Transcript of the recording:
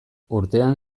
urtean